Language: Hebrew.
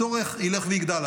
הצורך ילך ויגדל,